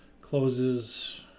closes